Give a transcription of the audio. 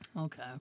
Okay